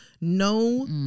no